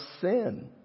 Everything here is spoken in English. sin